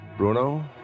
Bruno